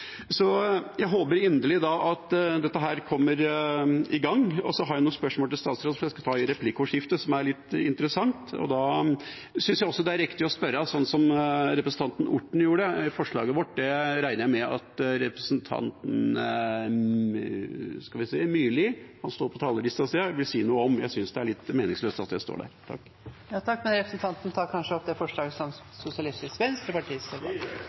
Så jeg håper inderlig at dette kommer i gang. Så har jeg noen spørsmål til statsråden, som er litt interessante, og som jeg skal ta i replikkordskiftet. Da synes jeg også det er riktig å spørre, sånn som representanten Orten gjorde. Forslaget vårt regner jeg med at representanten Myrli – han står på talerlista, ser jeg – vil si noe om. Jeg synes det er litt meningsløst at det står der. Det er sjølvsagt hyggjeleg å få gode ord, men som representanten